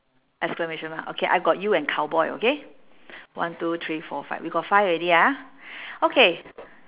exclamation mark okay I got you and cowboy okay one two three four five we got five already ah okay